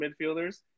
midfielders